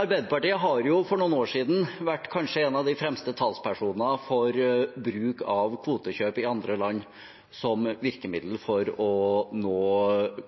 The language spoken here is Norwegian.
Arbeiderpartiet var for noen år siden kanskje en av de fremste talspersonene for bruk av kvotekjøp i andre land som et virkemiddel for å nå